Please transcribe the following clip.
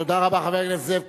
תודה רבה, חבר הכנסת זאב.